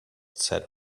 said